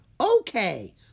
Okay